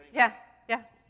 yeah. yeah.